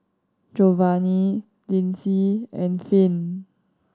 Jovanni Lindsay and Finn